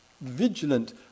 vigilant